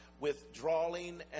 withdrawing